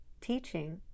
teaching